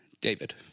David